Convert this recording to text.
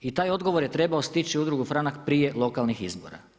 I taj odgovor je trebao stići u Udrugu Franak prije lokalnih izbora.